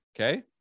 Okay